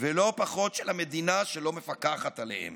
ולא פחות, של המדינה, שלא מפקחת עליהם.